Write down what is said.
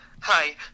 Hi